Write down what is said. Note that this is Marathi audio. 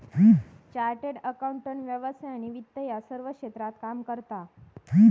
चार्टर्ड अकाउंटंट व्यवसाय आणि वित्त या सर्व क्षेत्रात काम करता